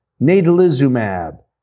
natalizumab